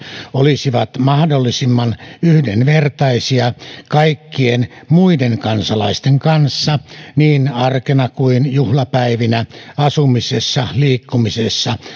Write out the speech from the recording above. olisivat mahdollisimman yhdenvertaisia kaikkien muiden kansalaisten kanssa niin arkena kuin juhlapäivinä asumisessa liikkumisessa